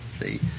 see